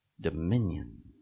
dominion